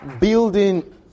building